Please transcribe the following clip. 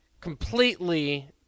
completely